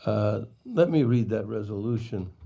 let me read that resolution